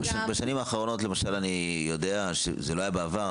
בשנים האחרונות למשל אני יודע שזה לא היה בעבר,